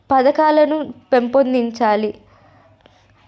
పథకాలు పెంపొందించాలి